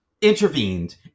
intervened